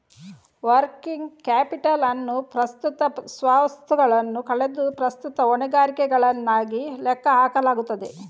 working capital ಅನ್ನು ಪ್ರಸ್ತುತ ಸ್ವತ್ತುಗಳನ್ನು ಕಳೆದು ಪ್ರಸ್ತುತ ಹೊಣೆಗಾರಿಕೆಗಳಾಗಿ ಲೆಕ್ಕ ಹಾಕಲಾಗುತ್ತದೆ